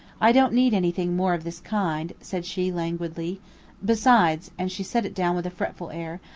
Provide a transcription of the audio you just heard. i don't need anything more of this kind, said she languidly besides, and she set it down with a fretful air,